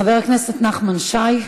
חבר הכנסת נחמן שי.